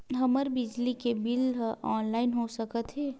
हमर बिजली के बिल ह ऑनलाइन हो सकत हे?